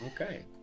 Okay